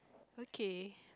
okay